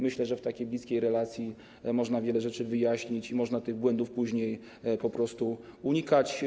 Myślę, że w takiej bliskiej relacji można wiele rzeczy wyjaśnić i można tych błędów później uniknąć.